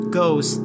goes